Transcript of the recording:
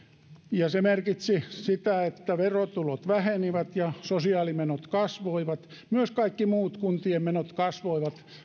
ja se merkitsi sitä että verotulot vähenivät ja sosiaalimenot kasvoivat myös kaikki muut kuntien menot kasvoivat